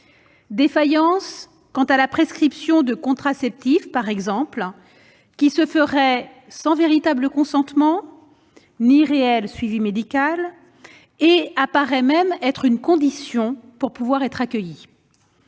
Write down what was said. Défaillances quant à la prescription de contraceptifs, par exemple, qui se ferait sans véritable consentement ni réel suivi médical. Cela paraît même être une condition pour être accueillie.